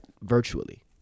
virtually